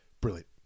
Brilliant